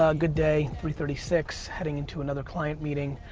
ah good day. three thirty six, heading into another client meeting.